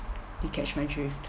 you catch my drift